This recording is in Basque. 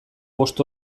bost